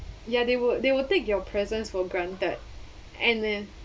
ya they will they will take your presence for granted and then